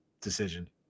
decision